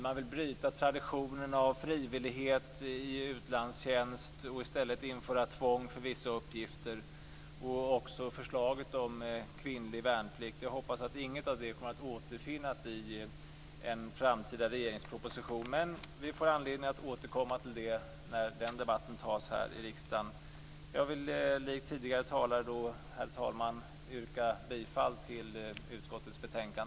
Man vill vidare bryta traditionen av frivillighet i utlandstjänst och i stället införa tvång för vissa uppgifter, och man har ett förslag om kvinnlig värnplikt. Jag hoppas att inget av detta kommer att återfinnas i en framtida proposition, men vi får anledning att återkomma till det när debatten om detta förs här i riksdagen. Herr talman! Jag yrkar i likhet med tidigare talare bifall till utskottets hemställan.